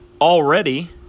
already